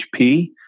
HP